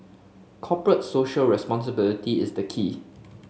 corporate Social Responsibility is the key